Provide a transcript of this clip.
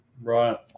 Right